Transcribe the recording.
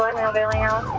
yeah male bailing out.